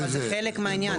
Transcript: אבל זה חלק מהעניין.